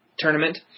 Tournament